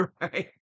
Right